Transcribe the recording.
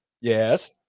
yes